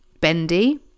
bendy